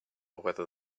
whether